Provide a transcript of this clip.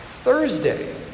Thursday